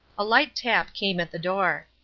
a light tap came at the door.